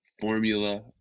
formula